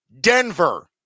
Denver